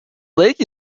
lake